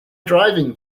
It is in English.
driving